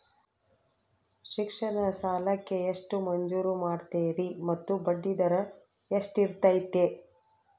ಶಿಕ್ಷಣ ಸಾಲಕ್ಕೆ ಎಷ್ಟು ಮಂಜೂರು ಮಾಡ್ತೇರಿ ಮತ್ತು ಬಡ್ಡಿದರ ಎಷ್ಟಿರ್ತೈತೆ?